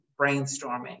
brainstorming